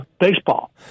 baseball